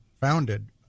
founded